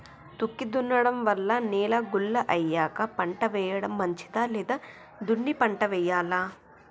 దుక్కి దున్నడం వల్ల నేల గుల్ల అయ్యాక పంట వేయడం మంచిదా లేదా దున్ని పంట వెయ్యాలా?